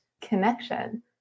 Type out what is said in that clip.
connection